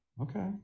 Okay